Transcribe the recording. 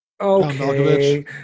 Okay